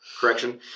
Correction